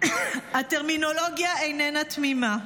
הטרמינולוגיה איננה תמימה,